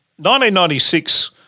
1996